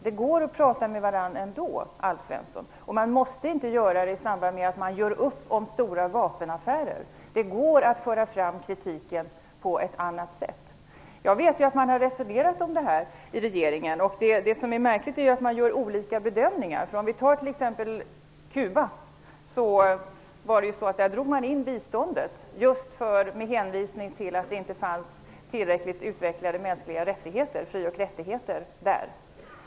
Det går att prata med varandra ändå, Alf Svensson. Man måste inte göra det i samband med att man gör upp om stora vapenaffärer. Det går att föra fram kritiken på ett annat sätt. Jag vet att regeringen har resonerat om det här. Det märkliga är ju att det görs olika bedömningar. Biståndet till Kuba drogs in med hänvisning till att det inte fanns tillräckligt utvecklade mänskliga frioch rättigheter där.